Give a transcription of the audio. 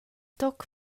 toc